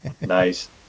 Nice